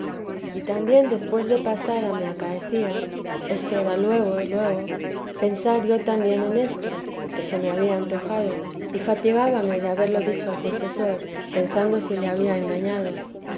y también después de pasada me acaecía esto era luego luego pensar yo también en esto que se me había antojado y fatigábame de haberlo dicho al confesor pen do si le había engañado